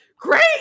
great